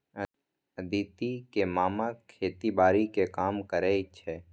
अदिति के मामा खेतीबाड़ी के काम करै छै